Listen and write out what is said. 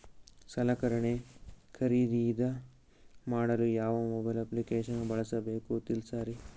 ಸಲಕರಣೆ ಖರದಿದ ಮಾಡಲು ಯಾವ ಮೊಬೈಲ್ ಅಪ್ಲಿಕೇಶನ್ ಬಳಸಬೇಕ ತಿಲ್ಸರಿ?